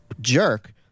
jerk